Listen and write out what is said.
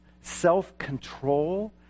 self-control